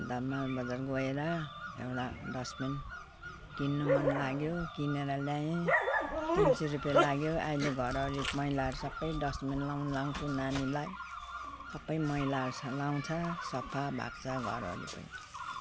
अन्त मालबजार गएर एउटा डस्टबिन किन्नु मनलाग्यो किनेर ल्याएँ तिन सौ रुपियाँ लाग्यो अहिले घरको मैलाहरू सबै डस्टबिनमा लगाउन लगाउँछु नानीलाई सबै मैलाहरू लगाउँछ सफा भएको छ घर अहिले त